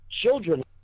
children